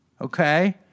okay